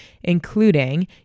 including